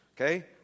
Okay